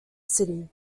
city